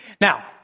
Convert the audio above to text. Now